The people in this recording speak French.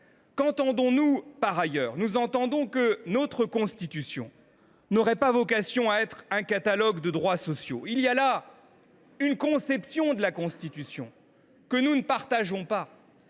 Qu’entendons nous par ailleurs ? Que notre Constitution n’aurait pas vocation à être un catalogue de droits sociaux. Il y a là une conception de la Constitution que nous ne partageons pas.